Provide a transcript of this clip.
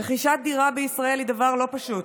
רכישת דירה בישראל היא דבר לא פשוט.